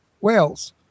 Wales